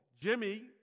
Jimmy